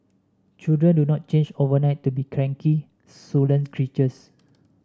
children do not change overnight to be cranky creatures